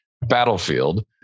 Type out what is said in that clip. battlefield